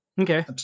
Okay